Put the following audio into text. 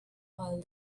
all